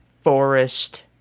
forest